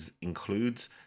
includes